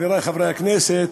חברי חברי הכנסת,